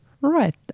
Right